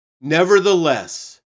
Nevertheless